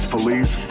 Police